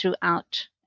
throughout